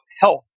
health